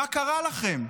מה קרה לכם?